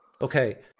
okay